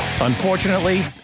Unfortunately